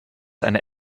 eine